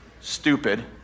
Stupid